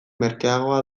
merkeagoa